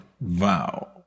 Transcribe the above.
vow